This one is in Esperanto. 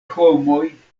homoj